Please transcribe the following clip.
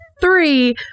three